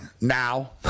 Now